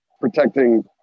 protecting